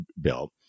Bill